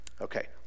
Okay